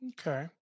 Okay